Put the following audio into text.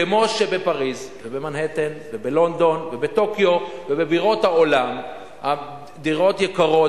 כמו שבפריס ובמנהטן ובלונדון ובטוקיו ובבירות העולם הדירות יקרות,